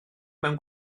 mewn